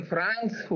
France